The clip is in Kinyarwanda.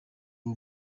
uwo